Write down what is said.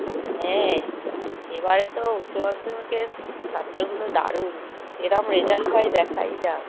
হ্যাঁ এবারে তো উচ্চমাধ্যমিকের ছাত্রগুলো দারুন কিরম রেজাল্ট হয় দেখাই যাক